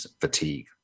fatigue